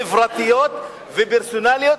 חברתיות ופרסונליות,